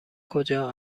کجا